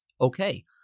Okay